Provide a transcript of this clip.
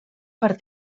per